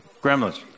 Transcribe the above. Gremlins